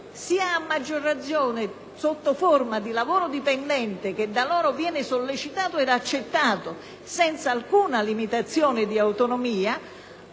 né, a maggior ragione, da un lavoro dipendente, che da loro viene sollecitato ed accettato senza alcuna limitazione di autonomia,